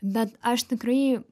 bet aš tikrai